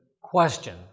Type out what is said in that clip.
question